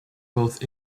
both